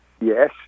Yes